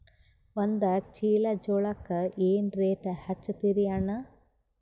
ಒಂದ ಚೀಲಾ ಜೋಳಕ್ಕ ಏನ ರೇಟ್ ಹಚ್ಚತೀರಿ ಅಣ್ಣಾ?